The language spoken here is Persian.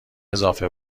اضافه